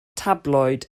tabloid